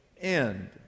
end